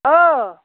अ